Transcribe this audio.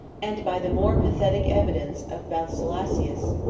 and by the more pathetic evidence of basilacius,